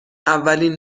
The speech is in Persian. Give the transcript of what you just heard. اولین